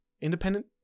Independent